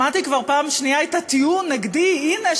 שמעתי כבר פעם שנייה את הטיעון נגדי: הנה,